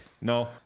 No